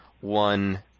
one